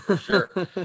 Sure